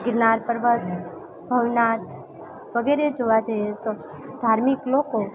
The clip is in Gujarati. ગીરનાર પર્વત ભવનાથ વગેરે જોવા જઈએ તો ધાર્મિક લોકો